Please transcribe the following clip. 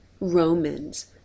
Romans